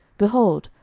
behold,